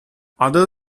other